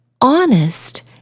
honest